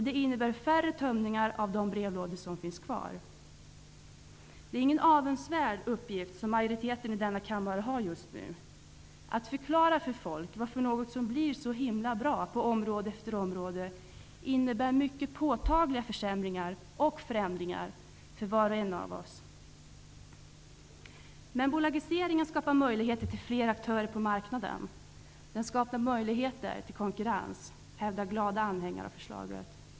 Det innebär färre tömningar av de brevlådor som finns kvar. Det är ingen avundsvärd uppgift för majoriteten i denna kammare att just nu förklara varför något som skall bli så himla bra kommer att innebära mycket påtagliga försämringar och förändringar på område efter område för var och en av oss. Men bolagiseringen skapar möjligheter till fler aktörer på marknaden. Den skapar möjligheter till konkurrens, hävdar glada anhängare av förslaget.